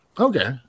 Okay